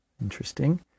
Interesting